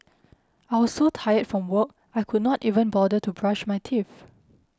I was so tired from work I could not even bother to brush my teeth